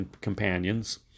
companions